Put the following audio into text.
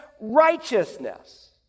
righteousness